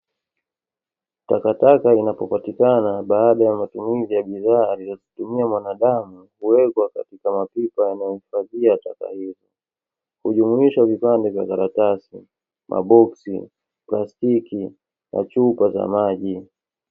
Takataka inapopatikana baada ya matumizi ya bidhaa aliyozitumia mwanadamu kuwekwa katika mapipa yanayohifadhia taka hizi, hujumuisha vipande vya karatasi, maboksi, plastiki na chupa za maji.